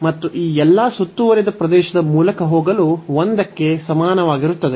ಮತ್ತು ಈ ಎಲ್ಲಾ ಸುತ್ತುವರಿದ ಪ್ರದೇಶದ ಮೂಲಕ ಹೋಗಲು 1 ಕ್ಕೆ ಸಮಾನವಾಗಿರುತ್ತದೆ